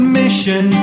mission